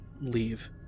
leave